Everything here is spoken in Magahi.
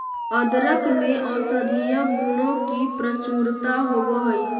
अदरक में औषधीय गुणों की प्रचुरता होवअ हई